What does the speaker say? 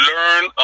Learn